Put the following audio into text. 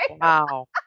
Wow